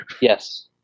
Yes